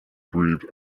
breathed